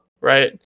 right